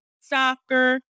soccer